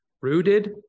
Rooted